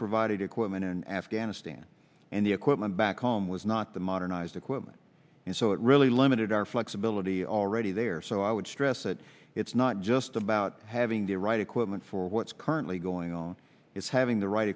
provided equipment in afghanistan and the equipment back home was not the modernized equipment and so it really limited our flexibility already there so i would stress that it's not just about having the right equipment for what's currently going on it's having the right